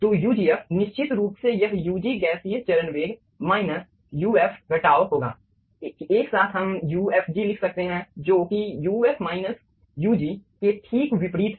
तो ugf निश्चित रूप से यह ug गैसीय चरण वेग माइनस uf घटाव होगा एक साथ हम ufg लिख सकते हैं जो कि uf माइनस ug के ठीक विपरीत है